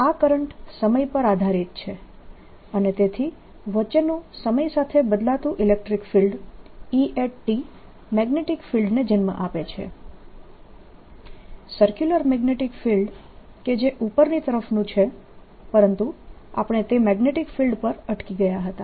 આ કરંટ સમય પર આધારીત છે અને તેથી વચ્ચેનું સમય સાથે બદલાતું ઇલેક્ટ્રીક ફિલ્ડ E મેગ્નેટીક ફિલ્ડને જન્મ આપે છે સર્ક્યુલર મેગ્નેટીક ફિલ્ડ કે જે ઉપરની તરફનું છે પરંતુ આપણે તે મેગ્નેટીક ફિલ્ડ પર અટકી ગયા હતા